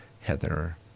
Heather